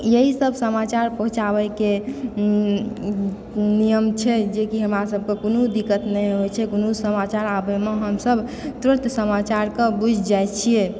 यहीं सब समाचार पहुँचाबै के नियम छै जेकि हमरा सबके कोनो दिक्कत नहि होइ छै कोनो समाचार आबय मे हमसब तुरत समाचार बुझि जाइ छियै